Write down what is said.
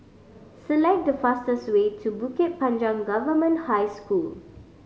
select the fastest way to Bukit Panjang Government High School